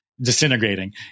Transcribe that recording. disintegrating